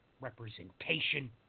representation